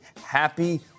Happy